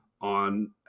on